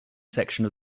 section